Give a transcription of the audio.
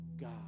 God